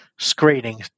screening